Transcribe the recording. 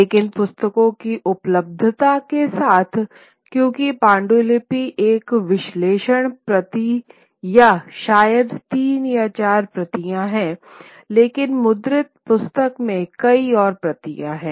लेकिन पुस्तकों की उपलब्धता के साथ क्योंकि पांडुलिपि एक विलक्षण प्रति या शायद तीन या चार प्रतियाँ हैं लेकिन मुद्रित पुस्तक में कई और प्रतियाँ हैं